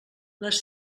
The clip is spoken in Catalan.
les